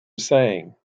saying